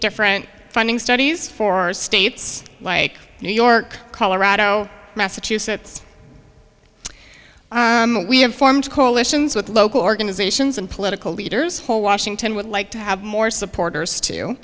different funding studies for states like new york colorado massachusetts we have formed coalitions with local organizations and political leaders whole washington would like to have more supporters to